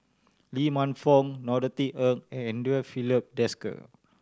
Lee Man Fong Norothy Ng and Andre Filipe Desker